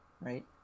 right